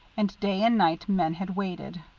and day and night men had waited,